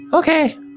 Okay